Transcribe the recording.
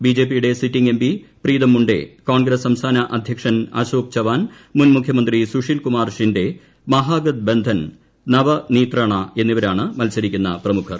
ബിജെപിയുടെ sitting M P Pritam Munde Congress സംസ്ഥാന അധ്യക്ഷൻ അശോക് ചവാൻ മുൻമുഖ്യമന്ത്രി സുശീൽകുമാർ ഷിന്റെ മഹാഗദ്ബന്ധൻ നവനീത്രാണ എന്നിവരാണ് മത്സരിക്കുന്ന പ്രമുഖർ